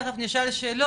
תיכף נשאל שאלות,